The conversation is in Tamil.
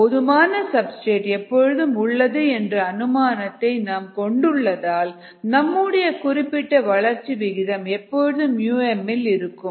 போதுமான சப்ஸ்டிரேட் எப்பொழுதும் உள்ளது என்ற அனுமானத்தை நாம் கொண்டுள்ளதால் நம்முடைய குறிப்பிட்ட வளர்ச்சி விகிதம் எப்பொழுதும் m இல் இருக்கும்